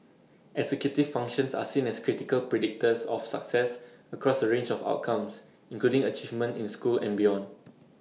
executive functions are seen as critical predictors of success across A range of outcomes including achievement in school and beyond